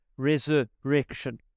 resurrection